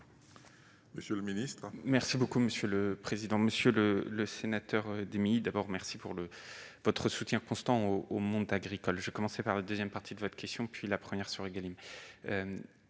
monsieur le ministre,